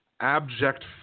abject